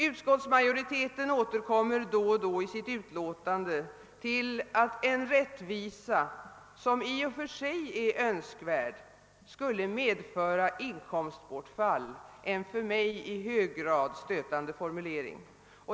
Utskottsmajoriteten återkommer då och då i sitt betänkande till att en rättvisa, som i och för sig är önskvärd, skulle medföra inkomstbortfall — en för mig i hög grad stötande formulering.